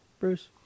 Bruce